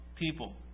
people